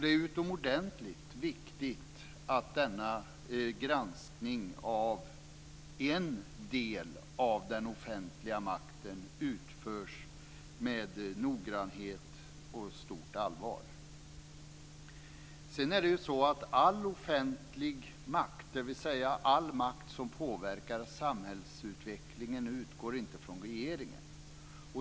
Det är utomordentligt viktigt att denna granskning av en del av den offentliga makten utförs med noggrannhet och stort allvar. All offentlig makt, dvs. all makt som påverkar samhällsutvecklingen, utgår inte från regeringen.